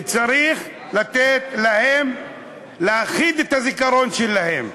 צריך להכחיד את הזיכרון שלהם.